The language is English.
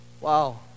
Wow